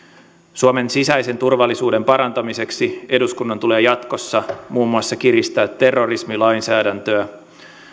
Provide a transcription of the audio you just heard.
suomen sisäisen turvallisuuden parantamiseksi eduskunnan tulee jatkossa muun muassa kiristää terrorismilainsäädäntöä